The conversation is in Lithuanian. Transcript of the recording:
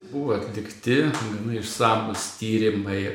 buvo atlikti išsamūs tyrimai